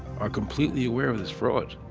are completely aware of this fraud,